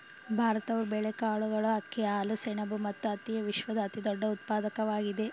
ಭಾರತವು ಬೇಳೆಕಾಳುಗಳು, ಅಕ್ಕಿ, ಹಾಲು, ಸೆಣಬು ಮತ್ತು ಹತ್ತಿಯ ವಿಶ್ವದ ಅತಿದೊಡ್ಡ ಉತ್ಪಾದಕವಾಗಿದೆ